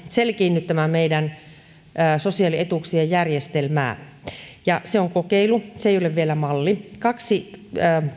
selkiinnyttämään meidän sosiaalietuuksien järjestelmää se on kokeilu se ei ole vielä malli kaksi